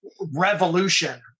revolution